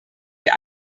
wir